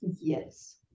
Yes